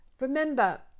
remember